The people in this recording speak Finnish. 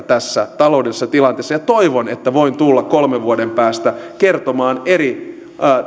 tässä taloudellisessa tilanteessa ja toivon että voin tulla kolmen vuoden päästä kertomaan eri